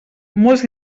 molts